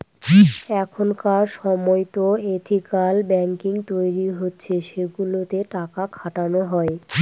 এখনকার সময়তো ethical banking তৈরী হচ্ছে সেগুলোতে টাকা খাটানো হয়